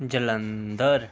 Jalandhar